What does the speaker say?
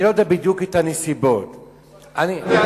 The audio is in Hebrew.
אני לא יודע בדיוק את הנסיבות, נסיבות.